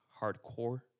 hardcore